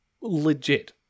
Legit